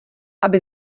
aby